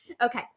Okay